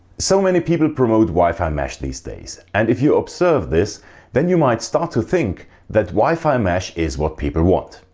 so many people promote wi-fi mesh these days. and if you observe this then you might start to think that wi-fi mesh is what people want.